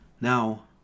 now